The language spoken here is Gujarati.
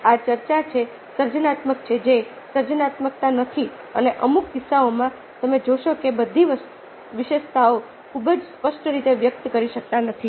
આ ચર્ચા જે સર્જનાત્મક છે જે સર્જનાત્મક નથી અને અમુક કિસ્સાઓમાં તમે જોશો કે બધી વિશેષતાઓ ખૂબ જ સ્પષ્ટ રીતે વ્યક્ત કરી શકાતી નથી